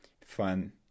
fun